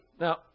Now